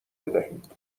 بدهید